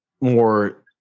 more